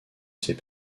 ses